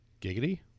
Giggity